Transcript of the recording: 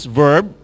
verb